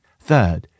Third